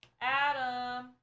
Adam